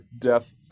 death